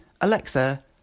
Alexa